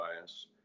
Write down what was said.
bias